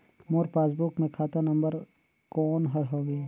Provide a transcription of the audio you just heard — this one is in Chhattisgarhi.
मोर पासबुक मे खाता नम्बर कोन हर हवे?